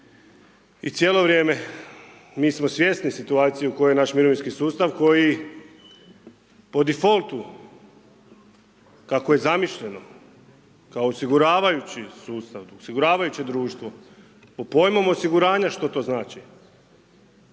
i cijelo vrijeme, mi smo svjesni situacije u kojoj je naš mirovinski sustav koji po difoltu kako je zamišljeno kao osiguravajući sustav, osiguravajuće društvo pod pojmom osiguranja što to znači